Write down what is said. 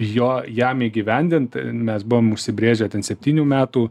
jo jam įgyvendint mes buvom užsibrėžę septynių metų